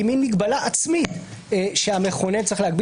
היא מגבלה עצמית שהמכונן צריך להגביל